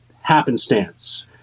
happenstance